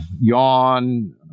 yawn